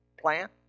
plant